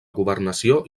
governació